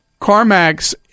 CarMax